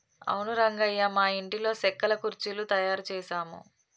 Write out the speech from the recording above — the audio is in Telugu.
అవును రంగయ్య మా ఇంటిలో సెక్కల కుర్చీలు తయారు చేసాము